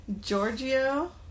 Giorgio